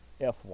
F1